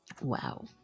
Wow